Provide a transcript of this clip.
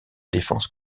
défense